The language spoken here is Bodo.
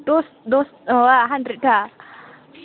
दस दस नङा हान्ड्रेट ता